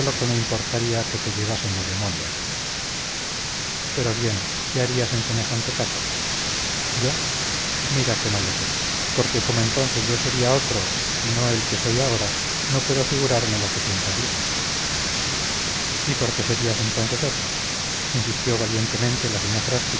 que me importaría que te llevasen los demonios pues bien qué harías en semejante caso yo mira lo que no sé porque como entonces yo sería otro y no el que soy ahora no puedo figurarme lo que pensaría y por qué serías entonces otro